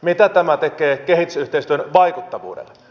mitä tämä tekee kehitysyhteistyön vaikuttavuudelle